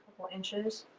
inches.